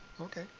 Okay